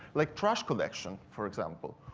like trash collection for example,